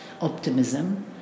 optimism